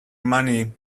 money